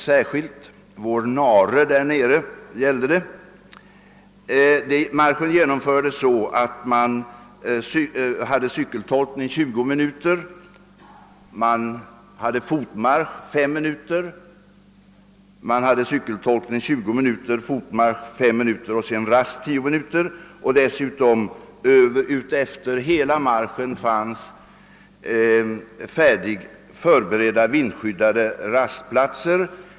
Marschen genomfördes med hänsyn snarare till blåsten än till kylan så, att man hade cykeltolkning i 20 minuter, därpå fotmarsch i 5 minuter, så åter cykeltolkning i 20 minuter och fotmarsch i 5 minuter och sedan rast i 10 minuter. Efter hela marschvägen fanns förberedda, vindskyddade rastplatser.